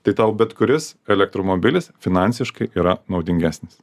tai tau bet kuris elektromobilis finansiškai yra naudingesnis